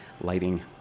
lighting